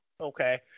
Okay